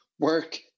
work